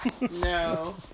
No